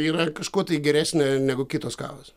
yra kažkuo geresnė negu kitos kavos